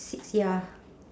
six ya